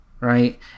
right